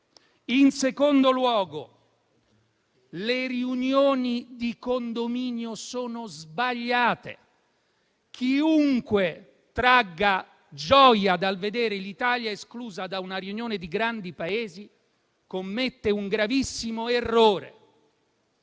In secondo luogo, le riunioni di condominio sono sbagliate. Chiunque tragga gioia dal vedere l'Italia esclusa da una riunione di grandi Paesi commette un gravissimo errore